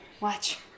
Watch